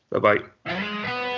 Bye-bye